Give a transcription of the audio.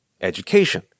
Education